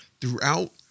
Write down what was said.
throughout